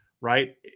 right